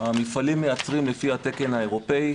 המפעלים מייצרים לפי התקן האירופאי,